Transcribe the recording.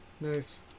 nice